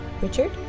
Richard